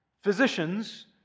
Physicians